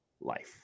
life